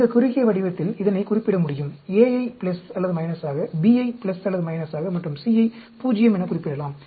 இந்த குறுகிய வடிவத்தில் இதனைக் குறிப்பிட முடியும் A ஐ பிளஸ் அல்லது மைனஸாக B யை பிளஸ் அல்லது மைனஸாக மற்றும் C யை 0 என குறிப்பிடலாம்